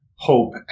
Hope